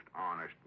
honest